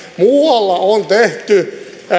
muualla on tehty